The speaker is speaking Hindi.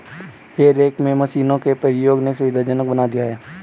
हे रेक में मशीनों के प्रयोग ने सुविधाजनक बना दिया है